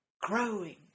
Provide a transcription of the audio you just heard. growing